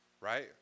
right